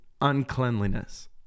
uncleanliness